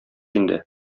инде